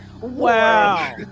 wow